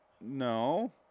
no